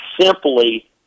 simply